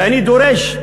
ואני דורש,